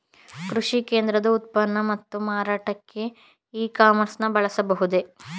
ಕೃಷಿ ಕ್ಷೇತ್ರದ ಉತ್ಪನ್ನ ಮತ್ತು ಮಾರಾಟಕ್ಕೆ ಇ ಕಾಮರ್ಸ್ ನ ಬಳಸಬಹುದೇ?